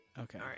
Okay